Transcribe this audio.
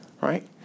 right